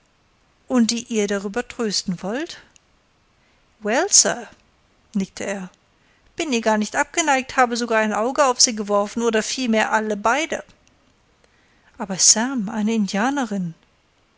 und die ihr darüber trösten wollt well sir nickte er bin ihr gar nicht abgeneigt habe sogar ein auge auf sie geworfen oder vielmehr alle beide aber sam eine indianerin